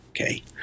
Okay